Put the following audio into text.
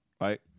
Right